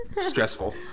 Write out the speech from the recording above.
stressful